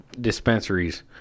dispensaries